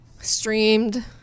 Streamed